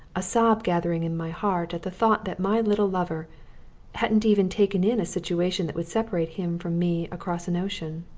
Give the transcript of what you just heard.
a sob gathering in my heart at the thought that my little lover hadn't even taken in a situation that would separate him from me across an ocean.